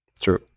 True